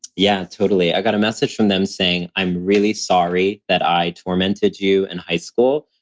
yeah, totally. i got a message from them saying, i'm really sorry that i tormented you in high school.